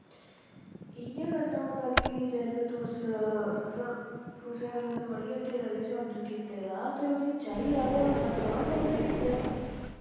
इ'यां करना होंदे कि जैह्लूं तुस मतलब कुसै अगर थोआड़ियां हट्टियां दा किश आर्डर कीते दा ते उसी चाहिदा गै होना तां गै उन्नै कीता दा